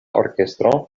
orkestro